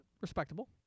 Respectable